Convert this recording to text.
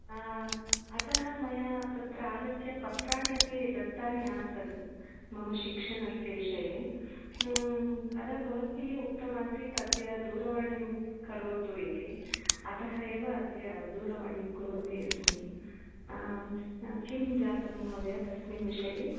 अतः मया तत्र आगत्य पत्राणि अपि दत्तानि आसन् मम शिक्षणस्य विषये अत भवद्भिः उक्तमासीत् अद्य दूरवाणीं करोतु इति अतः एव अद्य दूरवाणीं कुर्वती अस्मि किं जातं महोदय तस्मिन् विषये